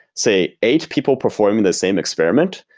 say eight people performing the same experiment,